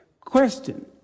Question